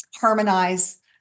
harmonize